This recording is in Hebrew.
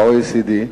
ה-OECD.